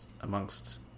amongst